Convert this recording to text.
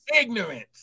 Ignorance